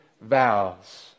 vows